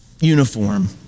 uniform